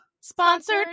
Sponsored